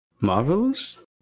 Marvelous